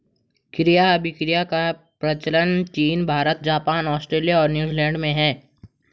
क्रय अभिक्रय का प्रचलन चीन भारत, जापान, आस्ट्रेलिया और न्यूजीलैंड में है